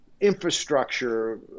Infrastructure